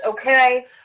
Okay